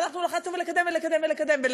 ואנחנו לחצנו לקדם ולקדם ולקדם,